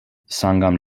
sangam